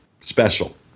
special